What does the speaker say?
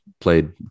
played